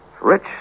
rich